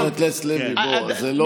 חבר הכנסת לוי, זה לא דיון.